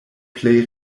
plej